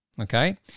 okay